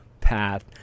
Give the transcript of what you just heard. path